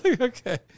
Okay